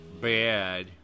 Bad